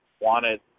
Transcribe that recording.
wanted